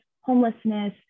homelessness